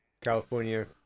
California